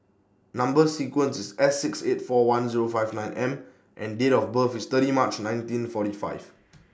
Number sequence IS S six eight four one Zero five nine M and Date of birth IS thirty March nineteen forty five